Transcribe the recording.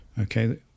okay